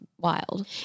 Wild